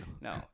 No